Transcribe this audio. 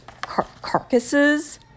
carcasses